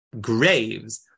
graves